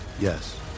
Yes